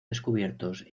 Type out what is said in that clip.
descubiertos